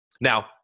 now